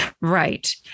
Right